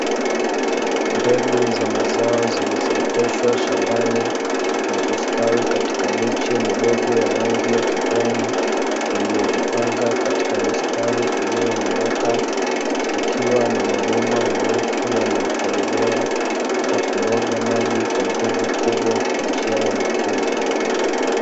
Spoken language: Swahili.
Mbegu za mazao zilizooteshwa shambani na kustawi katika miche midogo ya rangi ya kijani, iliyojipanga katika mistari iliyonyooka, kukiwa na mabomba marefu yaliyotobolewa na kumwaga maji kwa nguvu kubwa kwa njia ya matone.